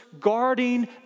guarding